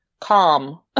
calm